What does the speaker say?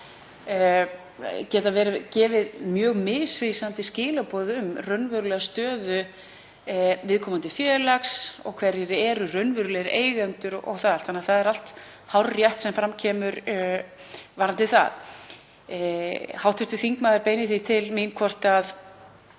geta gefið mjög misvísandi skilaboð um raunverulega stöðu viðkomandi félags, hverjir eru raunverulegir eigendur og það allt saman. Það er allt hárrétt sem fram kemur varðandi það. Hv. þingmaður beinir því til mín hvort